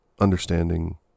understanding